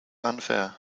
unfair